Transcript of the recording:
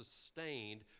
sustained